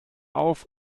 auf